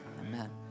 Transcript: Amen